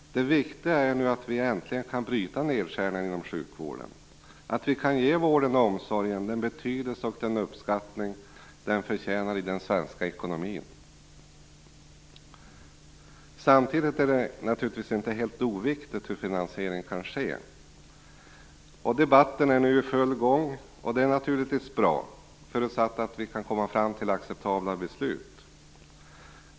Det viktiga är nu att vi äntligen kan bryta nedskärningarna inom sjukvården, att vi kan ge vården och omsorgen den betydelse och uppskattning den förtjänar i den svenska ekonomin. Samtidigt är det naturligtvis inte helt oviktigt hur finansieringen kan ske. Debatten är nu i full gång, och det är naturligtvis bra, förutsatt vi kan komma fram till acceptabla beslut.